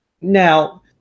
Now